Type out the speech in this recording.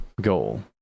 goal